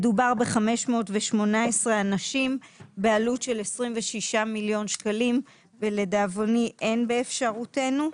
מדובר ב-518 אנשים בעלות של 26 מיליון שקלים ולדאבוני אין באפשרותנו.